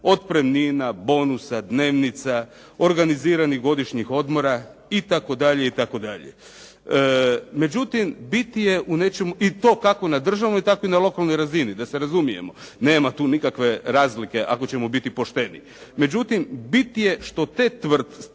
otpremnina, bonusa, dnevnica, organiziranih godišnjih odmora itd., itd.. Međutim, bit je u nečem